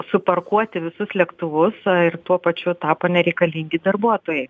suparkuoti visus lėktuvus ir tuo pačiu tapo nereikalingi darbuotojai